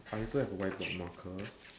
I also have a whiteboard marker